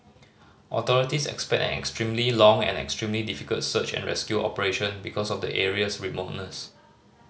authorities expect an extremely long and extremely difficult search and rescue operation because of the area's remoteness